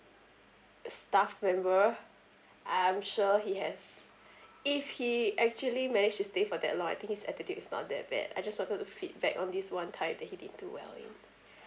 staff member I'm sure he has if he actually managed to stay for that long I think his attitude is not that bad I just wanted to feedback on this one time that he didn't do well